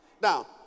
Now